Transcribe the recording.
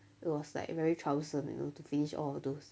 it was like very troublesome you know to finish all of those